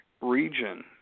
region